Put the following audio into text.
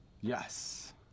Yes